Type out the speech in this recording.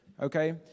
okay